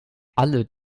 alle